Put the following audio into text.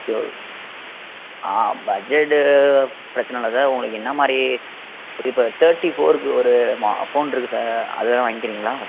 சே ஆ பட்ஜெட்டு பிரச்சனை இல்லை சார் உங்களுக்கு என்ன மாதிரி இப்போ தேர்ட்டி ஃபோர்க்கு ஒரு மா ஃபோன் இருக்கு சார் அதை வேணா வாங்கிக்கிறீங்களா